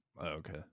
okay